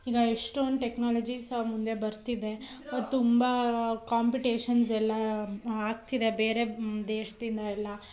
ಈಗ ಎಷ್ಟೊಂದು ಟೆಕ್ನಾಲಜೀಸ ಮುಂದೆ ಬರ್ತಿದೆ ತುಂಬ ಕಾಂಪಿಟೇಷನ್ಸ್ ಎಲ್ಲ ಆಗ್ತಿದೆ ಬೇರೆ ದೇಶದಿಂದ ಎಲ್ಲ